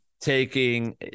taking